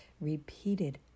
repeated